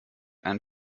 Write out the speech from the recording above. einen